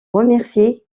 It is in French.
remercier